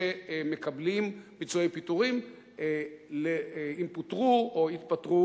שמקבלים פיצויי פיטורים אם פוטרו או התפטרו